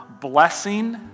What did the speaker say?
blessing